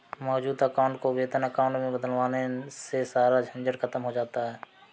मौजूद अकाउंट को वेतन अकाउंट में बदलवाने से सारा झंझट खत्म हो जाता है